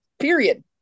period